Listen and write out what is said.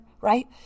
right